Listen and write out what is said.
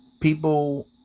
people